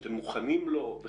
שאתם מוכנים לו?